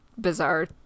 bizarre